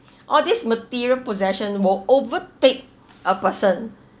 all these material possession will overtake a person